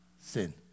Sin